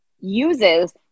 uses